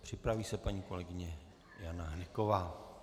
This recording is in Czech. Připraví se paní kolegyně Jana Hnyková.